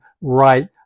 right